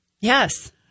Yes